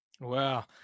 Wow